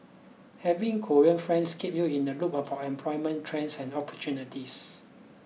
having Korean friends keep you in the loop about employment trends and opportunities